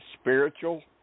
spiritual